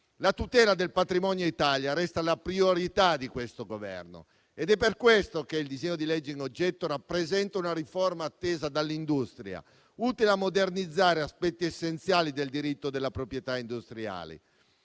La tutela del patrimonio Italia resta la priorità di questo Governo, ed è per questo che il disegno di legge in oggetto rappresenta una riforma attesa dall'industria, utile a modernizzare aspetti essenziali del diritto della proprietà industriale.